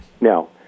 No